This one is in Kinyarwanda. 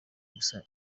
ubusa